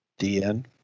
DN